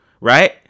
right